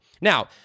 Now